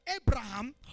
Abraham